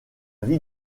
vie